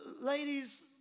Ladies